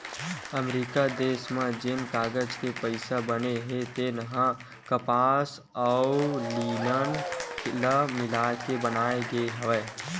अमरिका देस म जेन कागज के पइसा बने हे तेन ह कपसा अउ लिनन ल मिलाके बनाए गे हवय